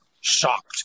shocked